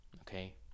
Okay